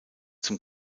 zum